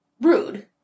rude